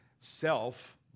self